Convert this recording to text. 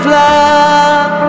love